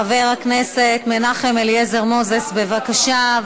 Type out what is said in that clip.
חבר הכנסת מנחם אליעזר מוזס, בבקשה.